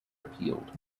appealed